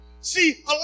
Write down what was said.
See